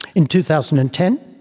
in two thousand and ten,